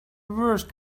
worst